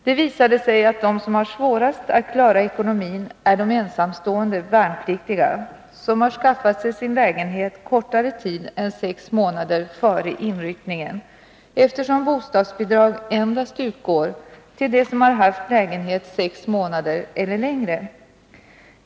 Det visade sig att de som hade svårast att klara ekonomin är de ensamstående värnpliktiga som har skaffat sig sin lägenhet kortare tid än sex månader före inryckningen, eftersom bostadsbidrag endast utgår till dem som har haft lägenhet sex månader eller längre.